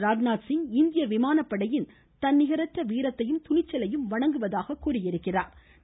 ராஜ்நாத்சிங் இந்திய விமானப்படையின் தன்னிகரற்ற வீரத்தையும் துணிச்சலையும் வணங்குவதாக கூறியுள்ளா்